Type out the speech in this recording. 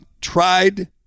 tried